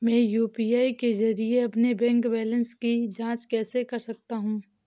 मैं यू.पी.आई के जरिए अपने बैंक बैलेंस की जाँच कैसे कर सकता हूँ?